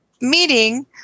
meeting